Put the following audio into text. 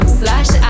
slash